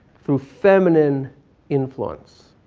through feminine influence.